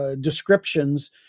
Descriptions